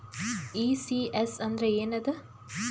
ECS ಅಂದ್ರ ಏನದ?